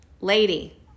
lady